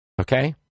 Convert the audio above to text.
Okay